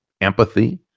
empathy